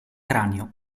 cranio